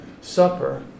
supper